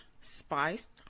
spiced